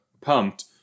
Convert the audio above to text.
pumped